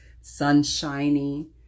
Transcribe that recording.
sunshiny